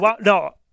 No